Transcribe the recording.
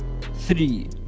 three